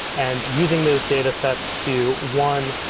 and using those datasets to, one,